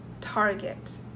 target